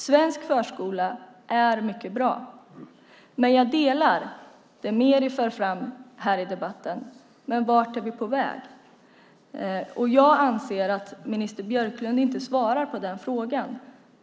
Svensk förskola är mycket bra, men jag upprepar det Meeri förde fram i debatten: Vart är vi på väg? Jag anser att minister Björklund inte svarar på den frågan.